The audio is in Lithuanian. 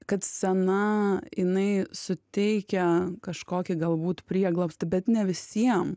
kad scena jinai suteikia kažkokį galbūt prieglobstį bet ne visiem